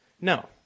No